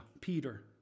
Peter